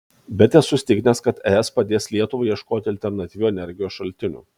bet esu įsitikinęs kad es padės lietuvai ieškoti alternatyvių energijos šaltinių